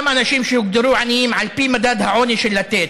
אותם אנשים שהוגדרו עניים על פי מדד העוני של לתת